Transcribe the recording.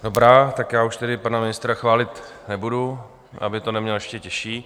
Dobrá, tak já už tedy pana ministra chválit nebudu, aby to neměl ještě těžší.